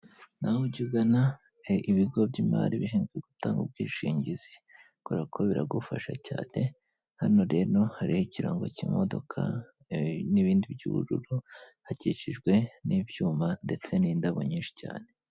Nawe jya ugana ibigo by'imari bishinzwe gutanga ubwishingizi kuberako biragufasha cyane hano rero hari ikirango cy'imodoka n'ibindi by'ubururu hakikijwe n'ibyuma ndetse n'indabo nyinshi cyane.